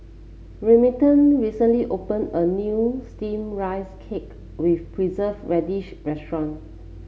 Remington recently opened a new steamed Rice Cake with Preserved Radish restaurant